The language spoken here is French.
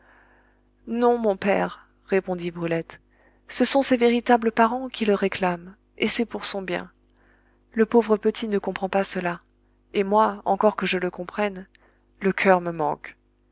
non mon père répondit brulette ce sont ses véritables parents qui le réclament et c'est pour son bien le pauvre petit ne comprend pas cela et moi encore que je le comprenne le coeur me manque